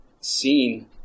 seen